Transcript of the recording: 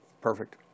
perfect